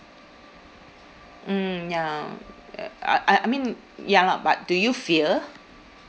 mm ya uh uh I I mean ya lah but do you fear